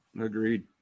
Agreed